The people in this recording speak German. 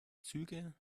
züge